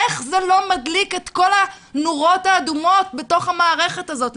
איך זה לא מדליק את כל הנורות האדומות בתוך המערכת הזאת?